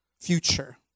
future